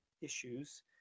issues